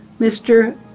Mr